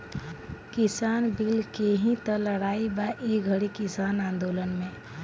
किसान बिल के ही तअ लड़ाई बा ई घरी किसान आन्दोलन में